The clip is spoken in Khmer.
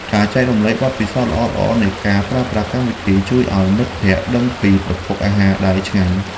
ការចែករំលែកបទពិសោធន៍ល្អៗនៃការប្រើប្រាស់កម្មវិធីជួយឱ្យមិត្តភក្តិដឹងពីប្រភពអាហារដែលឆ្ងាញ់។